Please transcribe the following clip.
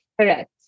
correct